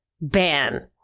ban